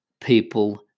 people